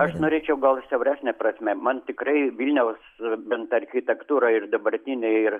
aš norėčiau gal siauresne prasme man tikrai vilniaus bent architektūra ir dabartinė ir